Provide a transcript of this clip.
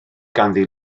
ganddi